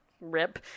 rip